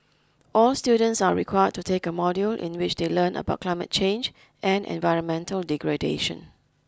all students are required to take a module in which they learn about climate change and environmental degradation